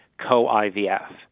co-IVF